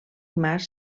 mas